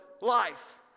life